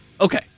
Okay